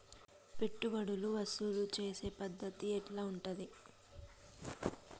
పెట్టుబడులు వసూలు చేసే పద్ధతి ఎట్లా ఉంటది?